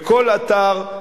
בכל אתר,